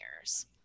years